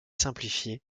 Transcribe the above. simplifié